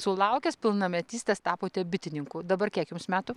sulaukęs pilnametystės tapote bitininku dabar kiek jums metų